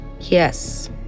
Yes